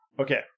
Okay